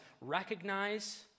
recognize